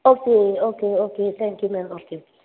okay okay okay thank you ma'am okay